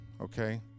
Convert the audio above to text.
okay